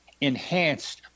enhanced